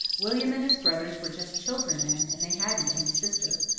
william and his brothers were just children then, and they hadn't any sister.